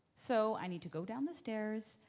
so i need to go down the stairs,